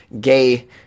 gay